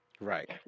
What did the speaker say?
Right